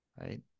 Right